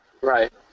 Right